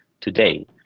today